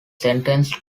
sentenced